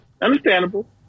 Understandable